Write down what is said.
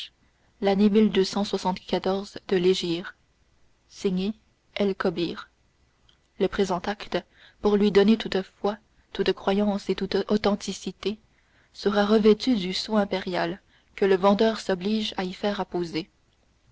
signé el kobbir le présent acte pour lui donner toute foi toute croyance et toute authenticité sera revêtu du sceau impérial que le vendeur s'oblige à y faire apposer